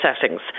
settings